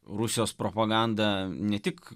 rusijos propaganda ne tik